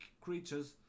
creatures